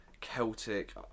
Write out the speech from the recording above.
Celtic